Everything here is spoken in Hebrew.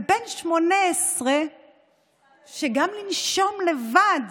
אבל בן 18 שגם לנשום לבד